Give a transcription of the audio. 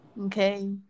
Okay